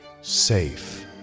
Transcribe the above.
Safe